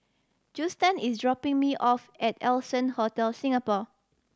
Juston is dropping me off at Allson Hotel Singapore